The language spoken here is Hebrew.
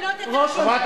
שהוא מאמין בו,